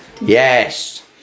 Yes